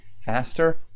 faster